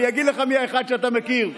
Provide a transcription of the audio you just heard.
אני אגיד לך מי האחד שאתה מכיר.